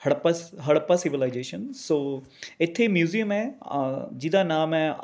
ਹੜੱਪਾ ਸ Harappa civilisation so ਇੱਥੇ museum ਹੈ ਜਿਹਦਾ ਨਾਮ ਹੈ